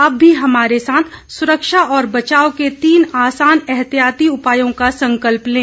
आप भी हमारे साथ सुरक्षा और बचाव के तीन आसान एहतियाती उपायों का संकल्प लें